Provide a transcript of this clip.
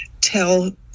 tell